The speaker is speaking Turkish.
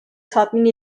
tatmin